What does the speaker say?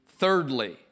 Thirdly